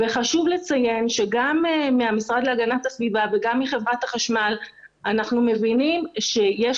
וחשוב לציין שגם מהמשרד להגנת הסביבה וגם מחברת החשמל אנחנו מבינים שיש